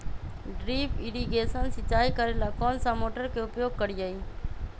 Drip irrigation सिंचाई करेला कौन सा मोटर के उपयोग करियई?